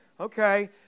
Okay